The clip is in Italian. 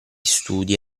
studi